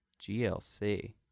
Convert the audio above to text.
GLC